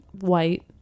white